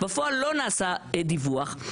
ובפועל לא נעשה דיווח.